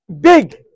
big